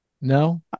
no